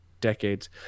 decades